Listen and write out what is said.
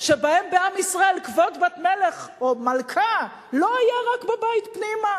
שבהם בעם ישראל כבוד בת מלך או מלכה לא היה רק בבית פנימה.